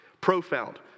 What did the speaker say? Profound